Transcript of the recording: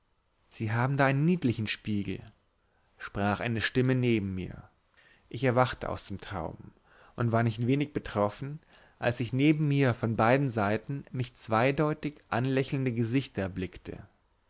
sie haben da einen niedlichen spiegel sprach eine stimme neben mir ich erwachte aus dem traum und war nicht wenig betroffen als ich neben mir von beiden seiten mich zweideutig anlächelnde gesichter erblickte